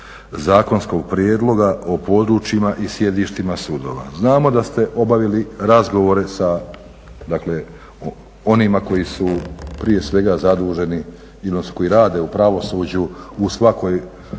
zakonskog prijedloga o područjima i sjedištima sudova. Znamo da ste obavili razgovore sa onima koji su prije svega zaduženi i koji rade u pravosuđu u svakoj